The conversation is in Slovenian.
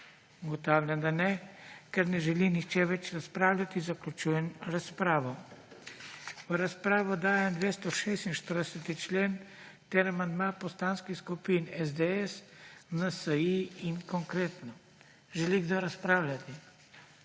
Ugotavljam, da ne. Ker ne želi nihče več razpravljati zaključujem razpravo. V razpravo dajem 246. člen ter amandma poslanskih skupin SDS, NSi in Konkretno. Želi kdo razpravljati?